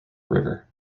river